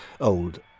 old